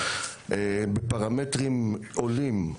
בפרמטרים עולים,